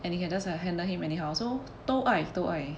and you can just uh handle him anyhow so 都爱都爱